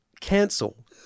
cancel